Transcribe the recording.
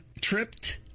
tripped